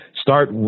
start